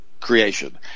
creation